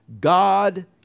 God